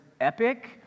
epic